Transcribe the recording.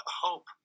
hope